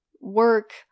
work